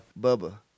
Bubba